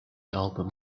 album